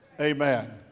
amen